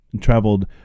traveled